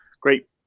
great